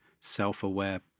self-aware